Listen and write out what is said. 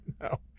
No